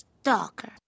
Stalker